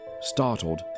Startled